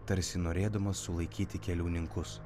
tarsi norėdamos sulaikyti keliauninkus